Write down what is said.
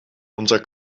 unser